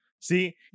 See